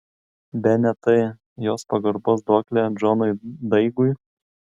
bene tai jos pagarbos duoklė džonui daigui